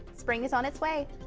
spring is on its way.